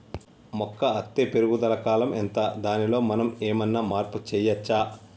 మొక్క అత్తే పెరుగుదల కాలం ఎంత దానిలో మనం ఏమన్నా మార్పు చేయచ్చా?